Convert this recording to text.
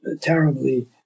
terribly